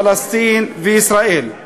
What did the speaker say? פלסטין וישראל.